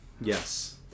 yes